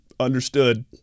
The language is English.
understood